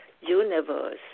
universe